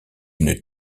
une